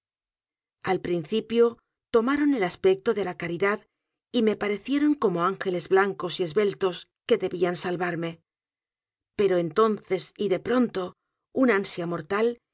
al principio tomaron el aspecto de la caridad y me aparecieron como ángeles blancos y esbeltos que debían salvarme pero entonces y de pronto una ansia mortal